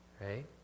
right